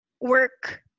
work